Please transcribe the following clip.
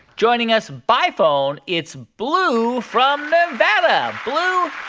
joining us by phone, it's blue from nevada. blue,